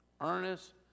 Ernest